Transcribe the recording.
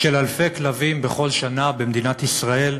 של אלפי כלבים בכל שנה במדינת ישראל,